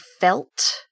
felt